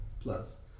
plus